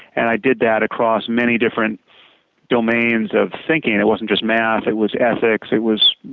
and i did that across many different domains of thinking. it wasn't just math. it was ethics, it was